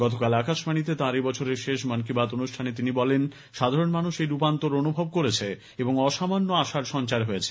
গতকাল আকাশবাণীতে তাঁর এবছরের শেষ মন কি বাত অনুষ্ঠানে তিনি বলেন সাধারণ মানুষ এই রূপান্তর অনুভব করেছে এবং অসামান্য আশার সঞ্চার হয়েছে